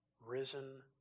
risen